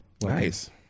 Nice